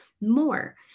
more